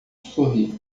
sorri